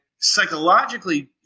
psychologically